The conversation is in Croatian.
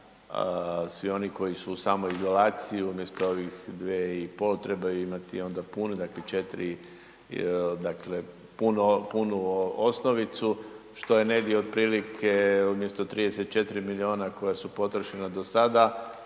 svi oni koji su u samoizolaciji, umjesto ovih 2,5, trebaju imati puni, dakle 4, dakle punu osnovicu, što je negdje otprilike, umjesto 34 milijuna koja su potrošena da sada,